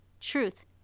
Truth